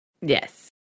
Yes